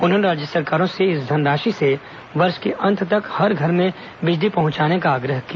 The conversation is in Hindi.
उन्होंने राज्य सरकारों से इस धनराशि से वर्ष के अंत तक हर घर में बिजली पहुंचाने का आग्रह किया